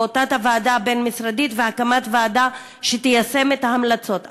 או תת-הוועדה הבין-משרדית והקמת ועדה שתיישם את ההמלצות,